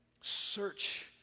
search